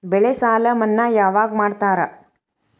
ಬೆಳೆ ಸಾಲ ಮನ್ನಾ ಯಾವಾಗ್ ಮಾಡ್ತಾರಾ?